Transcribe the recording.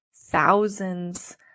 thousands